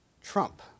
trump